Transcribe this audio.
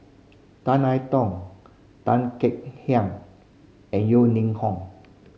Tan I Tong Tan Kek Hiang and Yeo Ning Hong